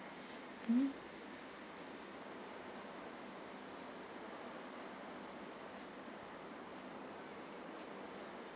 mm